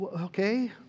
okay